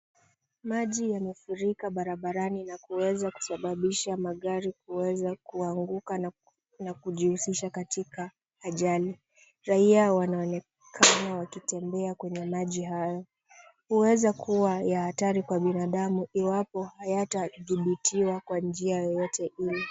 Maji yamefurika barabarani na kuweza kusababisha magari kuweza kuanguka na kujihusisha katika ajali, raia wanaonekana wakitembea kwenye maji haya, huweza kuwa ya hatari kwa binadamu iwapo hayatadhibitiwa kwa njia yoyote ile.